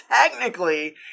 Technically